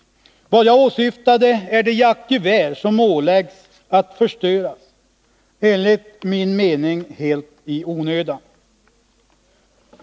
Vad jag åsyftade var de jaktgevär som man ålagts att förstöra, enligt min mening helt i onödan.